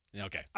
Okay